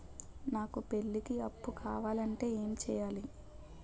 నాకు పెళ్లికి అప్పు కావాలంటే ఏం చేయాలి?